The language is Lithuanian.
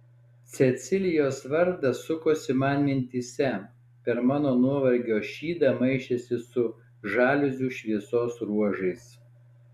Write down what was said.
cecilijos vardas sukosi man mintyse per mano nuovargio šydą maišėsi su žaliuzių šviesos ruožais